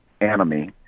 enemy